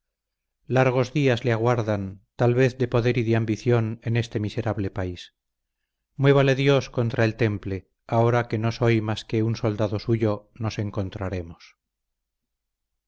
largos días le aguardan tal vez de poder y de ambición en este miserable país muévale dios contra el temple ahora que no soy más que un soldado suyo nos encontraremos